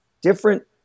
different